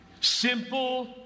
simple